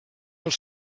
els